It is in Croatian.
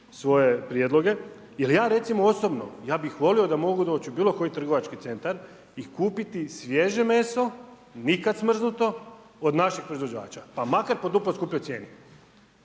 svoje prijedloge jer ja recimo osobno, ja bih volio da mogu doći u bilo koji trgovački centar i kupiti svježe meso, nikad smrznuto, od naših proizvođača. Pa makar po duplo skupljoj cijeni.